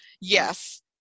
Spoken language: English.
yes